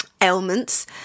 ailments